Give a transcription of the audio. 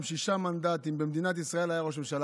שישה מנדטים במדינת ישראל היה ראש ממשלה,